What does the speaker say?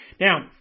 Now